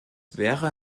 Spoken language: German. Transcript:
wäre